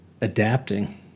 adapting